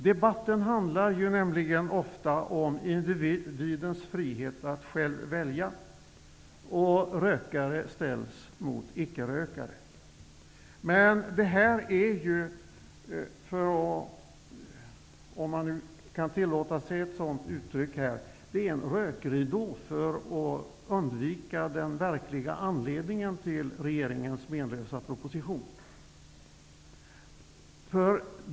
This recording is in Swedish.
Debatten handlar nämligen ofta om individens frihet att själv kunna välja. Rökare ställs mot icke-rökare. Men det är en rökridå, om man kan tillåta sig ett sådant uttryck, för att dölja den verkliga anledningen till regeringens menlösa proposition.